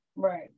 right